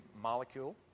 molecule